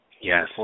Yes